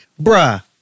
bruh